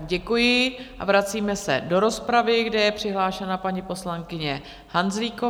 Děkuji, a vracíme se do rozpravy, kde je přihlášena paní poslankyně Hanzlíková.